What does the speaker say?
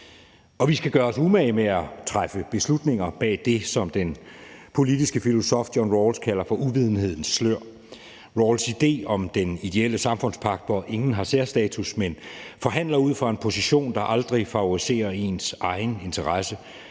Og vi skal gøre os umage med at træffe beslutninger bag det, som den politiske filosof John Rawls kalder for uvidenhedens slør. Rawls' idé om den ideelle samfundspagt, hvor ingen har særstatus, men forhandler ud fra en position, der aldrig favoriserer ens egen interesse,